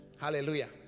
Hallelujah